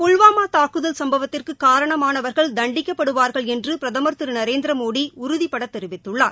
புல்வாமா தூக்குதல் சம்பவத்திற்கு காரணமானவர்கள் தண்டிக்கப்படுவார்கள் என்று பிரதம் திரு நரேந்திரதமோடி உறுதிபட தெரிவித்துள்ளார்